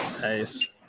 Nice